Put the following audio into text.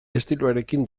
estiloarekin